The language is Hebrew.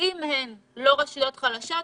אם הן לא רשויות חלשות,